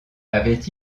avait